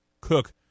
Cook